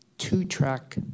two-track